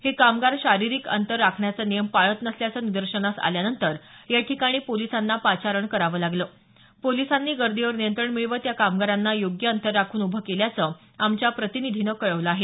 हे कामगार शारीरिक अंतर राखण्याचा नियम पाळत नसल्याचं निदर्शनास आल्यानंतर या ठिकाणी पोलीसांना पाचारण करावं लागलं पोलिसांनी गर्दीवर नियंत्रण मिळवत या कामगारांना योग्य अंतर राखून उभं केल्याचं आमच्या प्रतिनिधीनं कळवलं आहे